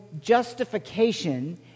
justification